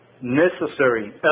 necessary